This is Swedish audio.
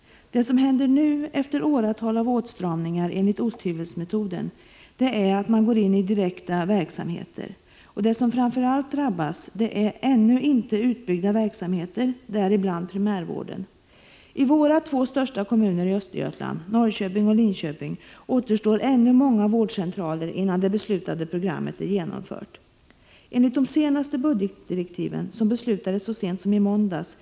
Det som händer nu, efter åratal av åtstramningar enligt osthyvelsmetoden, är att man går in i direkta verksamheter. Det som framför allt drabbas är ännu inte utbyggda verksamheter, däribland primärvården. I våra två största kommuner i Östergötland — Norrköping och Linköping — återstår ännu många vårdcentraler innan det beslutade programmet är genomfört. Enligt de senaste budgetdirektiven, som man beslutade om så sent som i måndags, — Prot.